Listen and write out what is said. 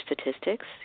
Statistics